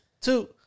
two